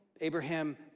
Abraham